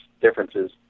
differences